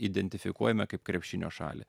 identifikuojame kaip krepšinio šalį